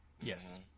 Yes